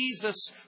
Jesus